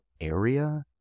area